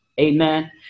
Amen